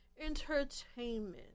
Entertainment